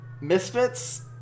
Misfits